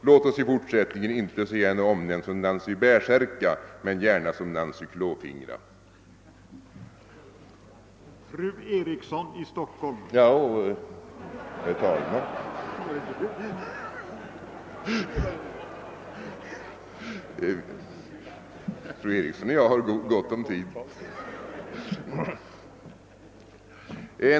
Låt oss i fortsättningen inte få se henne omnämnd som Nancy Bärsärka men gärna som Nancy Klåfingra.